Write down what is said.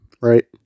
right